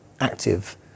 active